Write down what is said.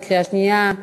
בקריאה שנייה.